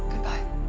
goodbye